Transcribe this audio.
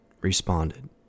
responded